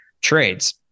trades